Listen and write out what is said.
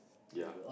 ya